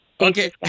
Okay